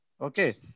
Okay